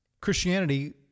Christianity